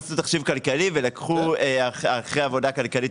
עשו תחשיב כלכלי ולקחו אחרי עבודה כלכלית